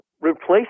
replace